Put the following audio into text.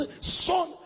son